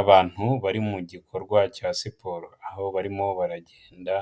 Abantu bari mu gikorwa cya siporo aho barimo baragenda